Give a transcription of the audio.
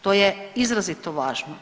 To je izrazito važno.